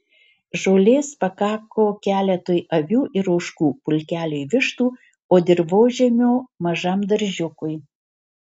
žolės pakako keletui avių ir ožkų pulkeliui vištų o dirvožemio mažam daržiukui